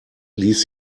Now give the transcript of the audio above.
ließ